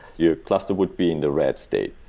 your cluster would be in the red state.